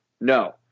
no